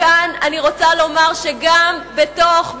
כאן אני רוצה לומר שגם בתוך,